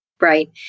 Right